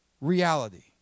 reality